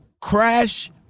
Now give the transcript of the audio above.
crash